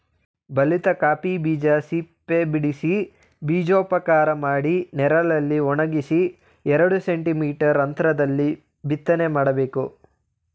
ಬಲಿತ ಕಾಫಿ ಬೀಜ ಸಿಪ್ಪೆಬಿಡಿಸಿ ಬೀಜೋಪಚಾರ ಮಾಡಿ ನೆರಳಲ್ಲಿ ಒಣಗಿಸಿ ಎರಡು ಸೆಂಟಿ ಮೀಟರ್ ಅಂತ್ರದಲ್ಲಿ ಬಿತ್ತನೆ ಮಾಡ್ಬೇಕು